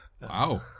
Wow